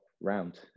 round